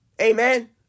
Amen